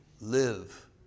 live